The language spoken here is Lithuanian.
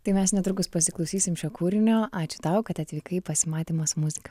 tai mes netrukus pasiklausysim šio kūrinio ačiū tau kad atvykai į pasimatymą su muzika